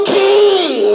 king